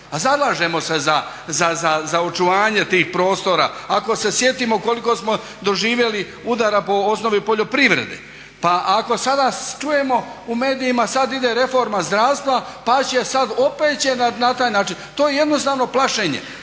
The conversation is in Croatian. zalažemo se za očuvanje tih prostora. Ako se sjetimo koliko smo doživjeli udara po osnovi poljoprivrede. Pa ako sada čujemo u medijima sada ide reforma zdravstva pa će sada opet će na taj način. To je jednostavno plašenje.